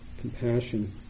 compassion